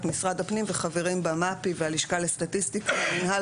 משרד הפנים וחברים בה מפ"י והלשכה לסטטיסטיקה ומינהל